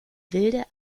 wilde